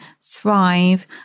thrive